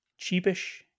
cheapish